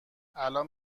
الان